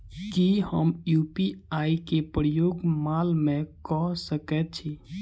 की हम यु.पी.आई केँ प्रयोग माल मै कऽ सकैत छी?